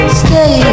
stay